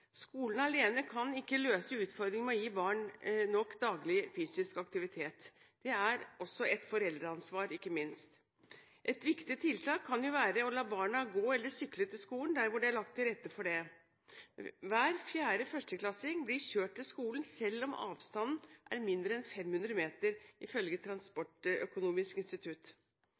Skolen alene kan ikke løse utfordringene med å gi barn nok daglig fysisk aktivitet. Det er ikke minst et foreldreansvar. Et viktig tiltak kan jo være å la barna gå eller sykle til skolen der hvor det er lagt til rette for det. Hver fjerde førsteklassing blir kjørt til skolen selv om avstanden er mindre enn 500 meter, ifølge Transportøkonomisk institutt.